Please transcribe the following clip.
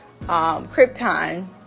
Krypton